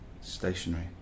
Stationary